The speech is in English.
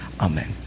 Amen